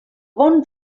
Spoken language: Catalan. bon